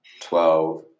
twelve